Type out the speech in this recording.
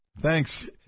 Thanks